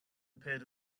appeared